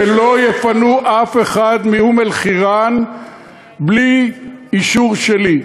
שלא יפנו אף אחד מאום-אלחיראן בלי אישור שלי.